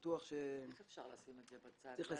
איך אפשר לשים את זה בצד?